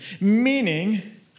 meaning